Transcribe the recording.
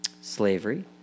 slavery